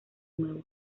nuevo